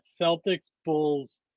Celtics-Bulls